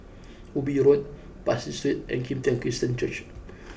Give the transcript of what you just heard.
Ubi U Road Pasir Street and Kim Tian Christian Church